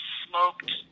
smoked